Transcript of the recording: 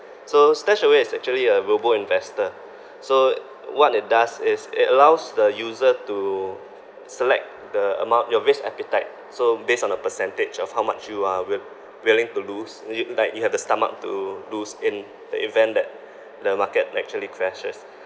so stashaway is actually a robo investor so what it does is it allows the user to select the amount your risk appetite so based on a percentage of how much you are will~ willing to lose you like you have the stomach to lose in the event that the market actually crashes